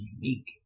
unique